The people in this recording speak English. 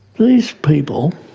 these people